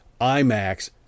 IMAX